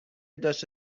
داشت